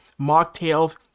mocktails